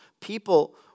people